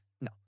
No